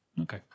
Okay